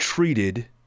Treated